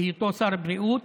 בהיותו שר בריאות,